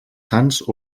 sants